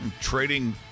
trading